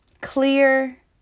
Clear